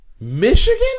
Michigan